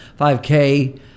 5K